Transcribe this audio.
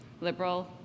Liberal